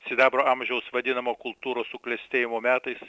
sidabro amžiaus vadinamo kultūros suklestėjimo metais